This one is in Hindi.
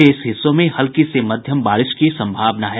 शेष हिस्सों में हल्की से मध्यम बारिश की संभावना है